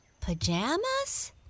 Pajamas